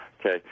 Okay